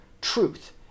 truth